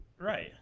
Right